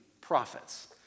prophets